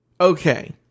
okay